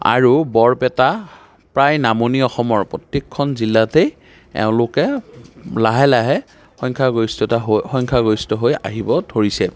আৰু বৰপেটা প্ৰায় নামনি অসমৰ প্ৰত্যেকখন জিলাতে এওঁলোকে লাহে লাহে সংখ্যাগৰিষ্ঠতা হৈ সংখ্যাগৰিষ্ঠ হৈ আহিব ধৰিছে